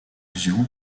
xian